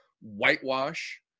whitewash